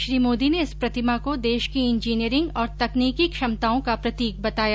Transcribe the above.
श्री मोदी ने इस प्रतिमा को देश की इंजीनियरिंग और तकनीकी क्षमताओं का प्रतीक बताया